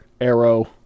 arrow